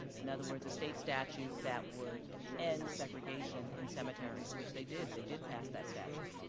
in other words, a state statute that would end segregation in cemeteries, which they did, they did pass that statute.